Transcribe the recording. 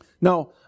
Now